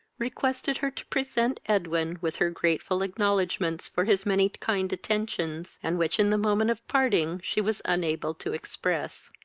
requested her to present edwin with her grateful acknowledgements for his many kind attentions, and which in the moment of parting she was unable to express.